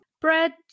Bread